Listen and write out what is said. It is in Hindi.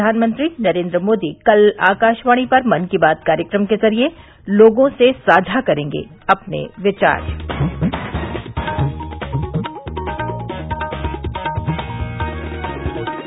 प्रधानमंत्री नरेन्द्र मोदी कल आकाशवाणी पर मन की बात कार्यक्रम के जरिये लोगों से साझा करेंगे अपने विचार करेंग